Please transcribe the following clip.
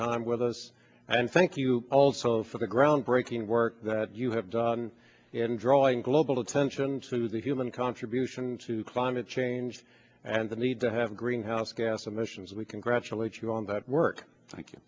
time with us and thank you also for the groundbreaking work that you have done in drawing global attention to the human contribution to climate change and the need to have greenhouse gas emissions we congratulate you on that work